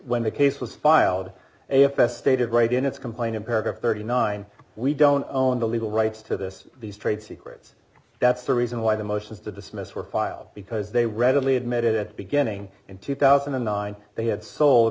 when the case was filed a f s stated great in its complaint in paragraph thirty nine we don't own the legal rights to this these trade secrets that's the reason why the motions to dismiss were filed because they readily admitted at beginning in two thousand and nine they had sold